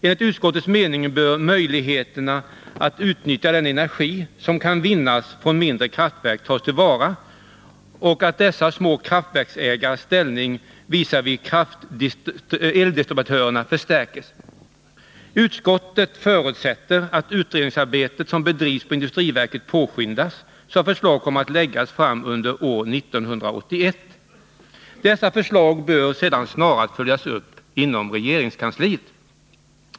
Enligt utskottets mening bör möjligheterna att utnyttja den energi som kan utvinnas från mindre kraftverk tas till vara. Utskottet säger också att det är viktigt att de små kraftverksägarnas ställning visavi eldistributörerna förstärks. Utskottet förutsätter att det utredningsarbete som bedrivs på industriverket påskyndas så att förslag kommer att läggas fram under år 1981. Dessa förslag bör sedan snarast följas upp inom regeringskansliet.